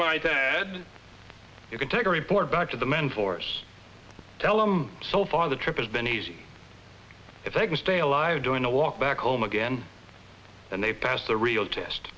add you can take a report back to the men for us tell them so far the trip has been easy if they can stay alive during a walk back home again and they passed the real test